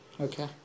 okay